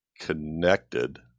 connected